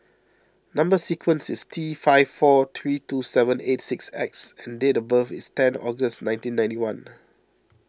Number Sequence is T five four three two seven eight six X and date of birth is ten August nineteen ninety one